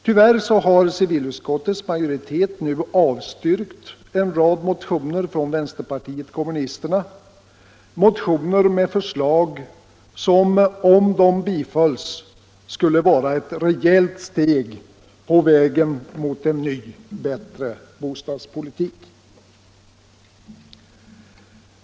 Tyvärr har civilutskottets majoritet nu avstyrkt en rad motioner från vänsterpartiet kommunisterna, motioner med förslag som, om de bifölls, skulle vara ett rejält steg på vägen mot en ny, bättre bostadspolitik.